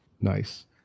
Nice